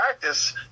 practice